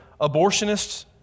abortionists